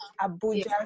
abuja